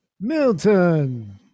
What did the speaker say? Milton